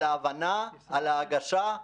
על ההבנה, על ההגשה,